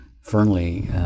firmly